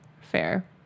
fair